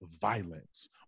violence